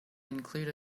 include